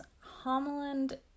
Homeland